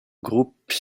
groupes